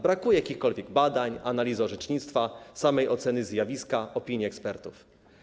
Brakuje jakichkolwiek badań, analizy orzecznictwa, samej oceny zjawiska, opinii ekspertów.